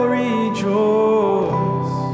rejoice